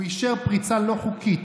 הוא אישר פריצה לא חוקית,